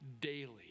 daily